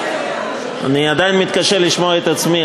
אני עדיין מתקשה לשמוע את עצמי,